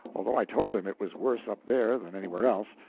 although i told him it was worse up there than anywhere else,